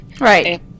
Right